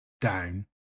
down